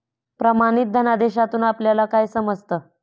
प्रमाणित धनादेशातून आपल्याला काय समजतं?